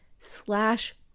slash